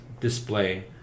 display